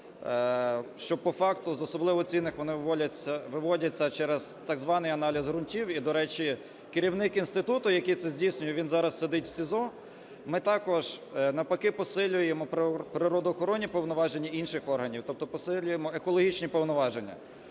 що по факту з особливо цінних вони виводяться через так званий аналіз ґрунтів, і, до речі, керівник інституту, який це здійснює, він зараз сидить СІЗО. Ми також, навпаки, посилюємо природоохоронні повноваження інших органів, тобто посилюємо екологічні повноваження.